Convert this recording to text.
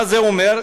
מה זה אומר?